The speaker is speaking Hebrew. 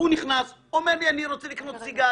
הוא נכנס, אומר לי, אני רוצה לקנות סיגריה.